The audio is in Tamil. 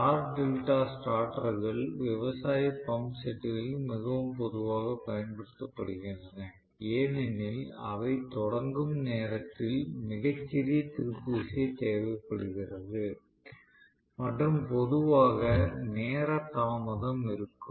ஸ்டார் டெல்டா ஸ்டார்டர்கள் விவசாய பம்ப் செட்களில் மிகவும் பொதுவாகப் பயன்படுத்தப்படுகின்றன ஏனெனில் அவை தொடங்கும் நேரத்தில் மிகச் சிறிய திருப்பு விசை தேவைப்படுகிறது மற்றும் பொதுவாக நேர தாமதம் இருக்கும்